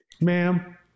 ma'am